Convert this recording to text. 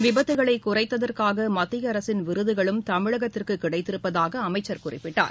விபத்துக்களை குறைத்ததற்னக மத்தியஅரசின் விருதுகளும் தமிழகத்திற்கு கிடைத்திருப்பதாக அமைச்சர் குறிப்பிட்டார்